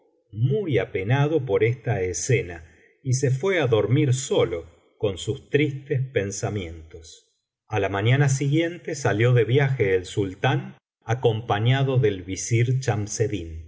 muy apenado por esta escena y se fué á dormir solo con sus tristes pensamientos a la mañana siguiente salió de viaje el sultán acompañado del visir